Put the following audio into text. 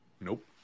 Nope